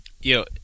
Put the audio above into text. Yo